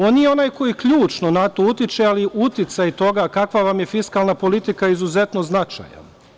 On nije onaj koji ključno na to utiče, ali uticaj toga kakva vam je fiskalna politika je izuzetno značajan.